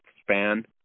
span